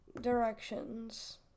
Directions